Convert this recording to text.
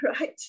right